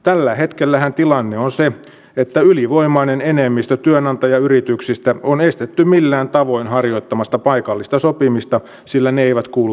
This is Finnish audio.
tällä hetkellähän tilanne on se että ylivoimainen enemmistö työnantajayrityksistä on estetty millään tavoin harjoittamasta paikallista sopimista sillä ne eivät kuulu työnantajaliittoihin